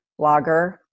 blogger